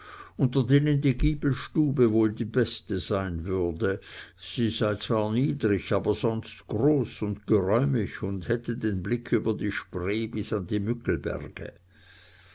unter denen die giebelstube wohl die beste sein würde sie sei zwar niedrig aber sonst groß und geräumig und hätte den blick über die spree bis an die müggelberge